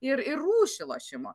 ir ir rūšį lošimo